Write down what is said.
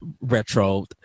retro